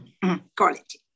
quality